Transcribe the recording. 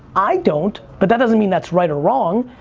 i don't but that doesn't mean that's right or wrong.